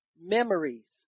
memories